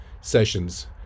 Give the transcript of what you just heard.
sessions